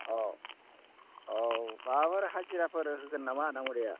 अ औ माबाफोर हाजिराफोर होगोन नामा दाङ'रिया